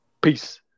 Peace